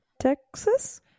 Texas